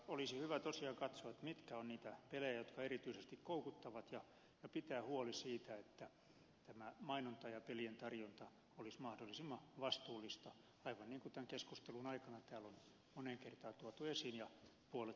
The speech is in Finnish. olisi hyvä tosiaan katsoa mitkä ovat niitä pelejä jotka erityisesti koukuttavat ja pitää huoli siitä että mainonta ja pelien tarjonta olisi mahdollisimman vastuullista aivan niin kuin tämän keskustelun aikana on moneen kertaan tuotu esiin ja puollettu